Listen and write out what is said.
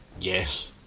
yes